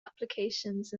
applications